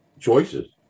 choices